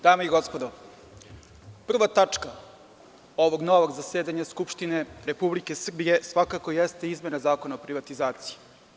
Dame i gospodo, prva tačka ovog novog zasedanja Skupštine Republike Srbije svakako jeste izmena Zakona o privatizaciji.